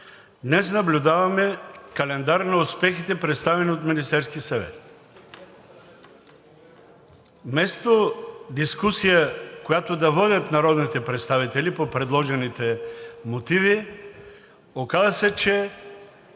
днес наблюдаваме календар на успехите, представени от Министерския съвет. Вместо дискусия, която да водят народните представители по предложените мотиви, оказа се, че